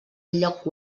lloc